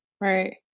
Right